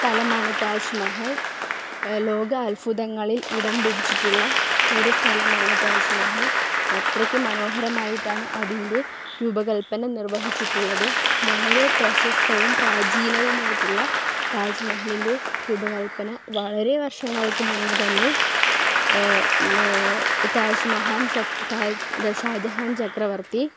സ്ഥലമാണ് താജ് മഹൽ ലോക അൽഭുതങ്ങളിൽ ഇടം പിടിച്ചിട്ടുള്ള ഒരു സ്ഥലമാണ് താജ് മഹൽ അത്രയ്ക്ക് മനോഹരമായിട്ടാണ് അതിൻ്റെ രൂപകൽപ്പന നിർവ്വഹിച്ചിട്ടുള്ളത് വളരെ പ്രശസ്തവും പ്രാചീനവുമായിട്ടുള്ള താജ് മഹലിൻ്റെ രൂപകൽപ്പന വളരെ വർഷങ്ങൾക്ക് മുന്നെ തന്നെ താജ്മഹാൻ ചക് താജ് അല്ല ഷാജഹാൻ ചക്രവർത്തി